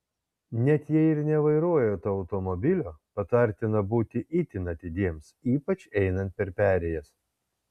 net jei ir nevairuojate automobilio patartina būti itin atidiems ypač einant per perėjas